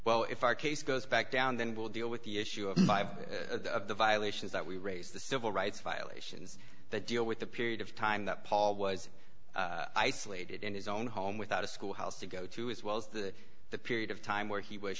well if our case goes back down then we'll deal with the issue of five of the violations that we raise the civil rights violations that deal with the period of time that paul was isolated in his own home without a schoolhouse to go to as well as the the period of time where he was